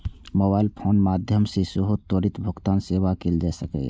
mobile phone के माध्यम सं सेहो त्वरित भुगतान सेवा कैल जा सकैए